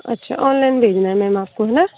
अच्छा ऑनलाइन भेजना है मैम आपको ना